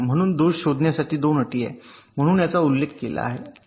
म्हणून दोष शोधण्यासाठी 2 अटी आहेत म्हणून याचा उल्लेख केला आहे